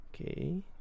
okay